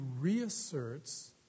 reasserts